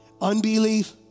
Unbelief